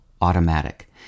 automatic